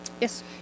Yes